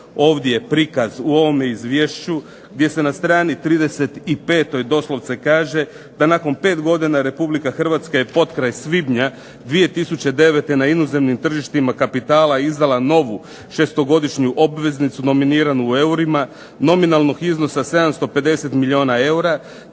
ovdje prikaz u ovome izvješću, gdje se na strani 35. doslovce kaže da nakon 5 godina Republika Hrvatska je potkraj svibnja 2009. na inozemnim tržištima kapitala izdala novu šestogodišnju obveznicu nominiranu u eurima, nominalnog iznosa 750 milijuna eura,